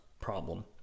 problem